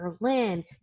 Berlin